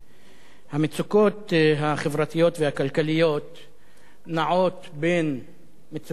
המצוקות החברתיות והכלכליות נעות בין מצוקות שיכון,